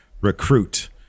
recruit